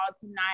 tonight